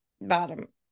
bottom